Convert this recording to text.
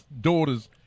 daughters